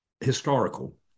historical